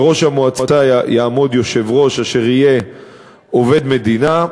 בראש המועצה יעמוד יושב-ראש אשר יהיה עובד מדינה.